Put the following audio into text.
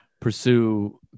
pursue